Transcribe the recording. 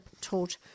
taught